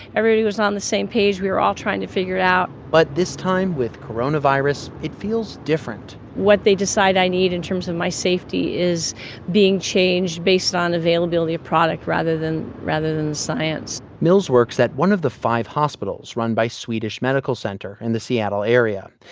everybody was on the same page. we were all trying to figure it out but this time, with coronavirus, it feels different what they decide i need in terms of my safety is being changed based on availability of product rather than rather than science mills works at one of the five hospitals run by swedish medical center in the seattle area.